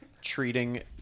treating